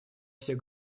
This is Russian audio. всех